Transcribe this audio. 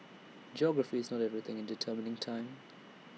geography is not everything in determining time